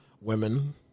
women